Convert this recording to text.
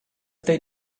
they